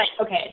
okay